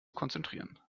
konzentrieren